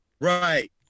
Right